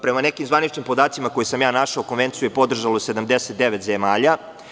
Prema nekim zvaničnim podacima koje sam ja našao Konvenciju je podržalo 79 zemalja.